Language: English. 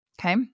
Okay